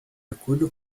acordo